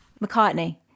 mccartney